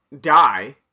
die